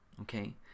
okay